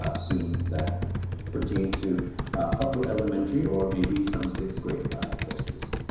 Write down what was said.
ah soon that pertain to upper elementary or maybe some sixth grade courses.